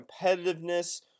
competitiveness